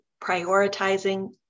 prioritizing